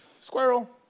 Squirrel